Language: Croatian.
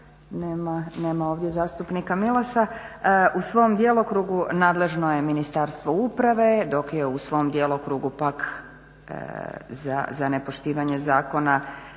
nema ovdje zastupnika Milasa, u svom djelokrugu nadležno je Ministarstvo uprave, dok je u svom djelokrugu pak za nepoštivanje zakona